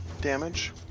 damage